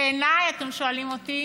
בעיניי, אתם שואלים אותי